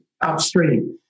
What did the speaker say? upstream